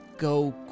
go